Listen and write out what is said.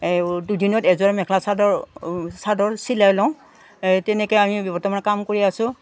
দুদিনত এযোৰ মেখেলা চাদৰ চাদৰ চিলাই লওঁ তেনেকৈ আমি বৰ্তমান কাম কৰি আছোঁ